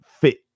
fit